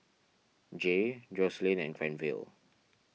Jaye Joselin and Granville